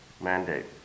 mandate